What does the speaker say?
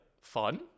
Fun